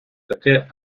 таке